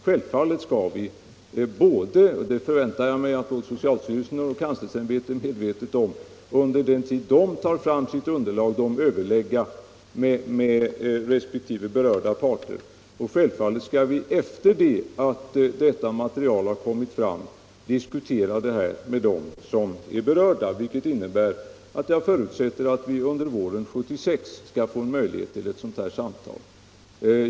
Självfallet skall socialstyrelsen och kanslersämbetet — det förväntar jag mig att socialstyrelsen och kanslersämbetet är medvetna om — överlägga med resp. berörda parter, och självfallet skall vi efter det att underlaget kommit fram diskutera det med dem som är berörda. Jag förutsätter att vi under våren 1976 skall få möjligheter till ett sådant samtal.